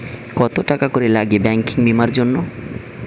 কত টাকা করে লাগে ব্যাঙ্কিং বিমার জন্য?